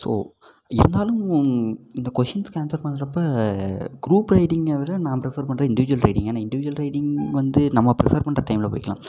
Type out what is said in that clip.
so இருந்தாலும் இந்த கொஸ்டின்ஸ்க்கு ஆன்சர் பண்ணுறப்ப குரூப் ரைடிங்கை விட நான் ப்ரிஃபேர் பண்ணுறது இண்டிவிஜுவல் ரைடிங்கை ஏன்னால் இண்டிவிஜுவல் ரைடிங் வந்து நம்ம ப்ரிஃபேர் பண்ணுற டைமில் போயிக்கலாம்